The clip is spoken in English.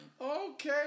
Okay